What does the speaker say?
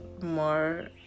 more